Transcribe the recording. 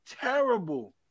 terrible